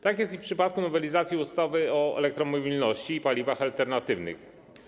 Tak jest i w przypadku nowelizacji ustawy o elektromobilności i paliwach alternatywnych.